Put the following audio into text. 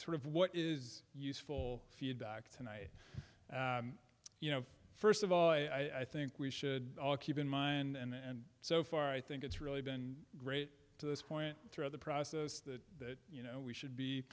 sort of what is useful feedback to and i you know first of all i think we should all keep in mind and so far i think it's really been great to this point throughout the process that you know we should be